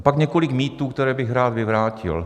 A pak několik mýtů, které bych rád vyvrátil.